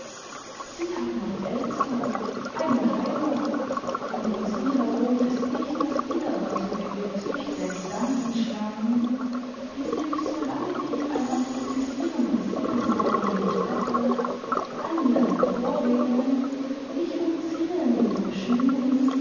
sie hat noch eltern eine heimat und um sie herum ist nicht das widerwärtige gezücht der gedankenschlangen die sich so lange nicht ein narkotisierender sixmentaumel mich rettet an mir emporringeln mich umzingeln und umschnüren